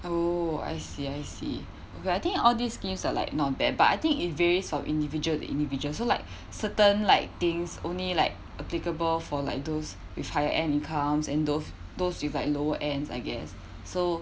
oh I see I see okay I think all these schemes are like not bad but I think it varies from individual to individual so like certain like things only like applicable for like those with higher end incomes and those those with like lower ends I guess so